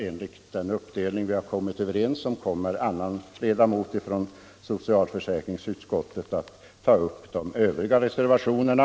Enligt den uppdelning som vi har kommit överens om skall en annan ledamot av socialförsäkringsutskottet ta upp de övriga reservationerna.